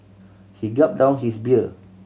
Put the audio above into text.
he gulp down his beer